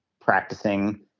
practicing